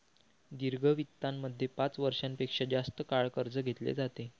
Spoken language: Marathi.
दीर्घ वित्तामध्ये पाच वर्षां पेक्षा जास्त काळ कर्ज घेतले जाते